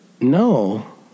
No